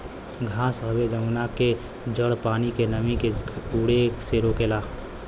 घास हवे जवना के जड़ पानी के नमी के उड़े से रोकेला